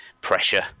pressure